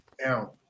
now